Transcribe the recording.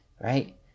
right